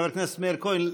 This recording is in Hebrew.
חבר הכנסת מאיר כהן,